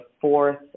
fourth